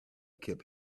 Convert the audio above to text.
kept